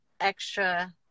extra